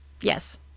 Yes